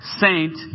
saint